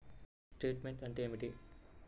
Statement అంటే ఏమిటి?